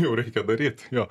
jau reikia daryt jo